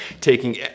taking